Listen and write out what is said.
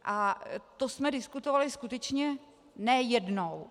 A to jsme diskutovali skutečně ne jednou.